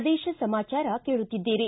ಪ್ರದೇಶ ಸಮಾಚಾರ ಕೇಳುತ್ತಿದ್ದೀರಿ